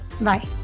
Bye